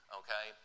okay